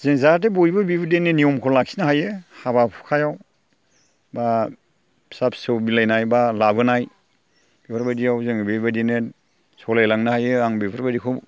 जों जाहाथे बयबो बेबायदिनो नियमखौ लाखिनो हायो हाबा हुखायाव एबा फिसा फिसौ बिलाइनाय एबा लाबोनाय बेफोरबायदियाव जोङो बेबायदिनो सालाय लांनो हायो आं बेफोरबायदिखौ